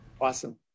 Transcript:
Awesome